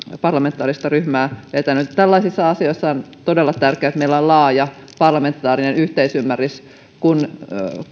parlamentaarista ryhmää vetänyt tällaisissa asioissa on todella tärkeää että meillä on laaja parlamentaarinen yhteisymmärrys kun